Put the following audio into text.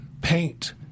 paint